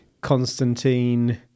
Constantine